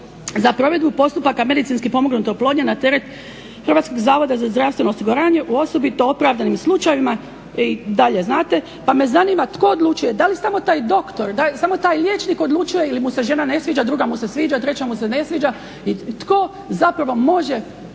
za provedbu postupaka medicinski pomognute oplodnje na teret HZZO-a u osobito opravdanim slučajevima i dalje znate. Pa me zanima tko odlučuje, da li samo taj doktor, da li samo taj liječnik odlučuje ili mu se žena ne sviđa, druga mu se sviđa, treća mu se ne sviđa? I tko zapravo može